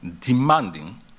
demanding